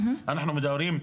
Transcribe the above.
אנחנו מדברים,